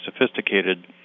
sophisticated